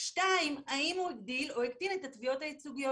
שתיים האם הוא הקטין או הגדיל את התביעות הייצוגיות.